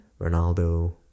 Ronaldo